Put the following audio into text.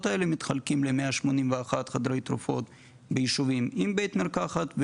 אלה מתחלקים ל-181 חדרי תרופות ביישובים עם בית מרקחת,